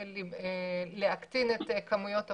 להקטין את כמויות הפסולת.